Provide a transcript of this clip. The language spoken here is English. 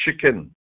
chicken